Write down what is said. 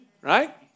right